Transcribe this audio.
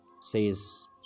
says